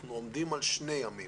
אנחנו עומדים על יומיים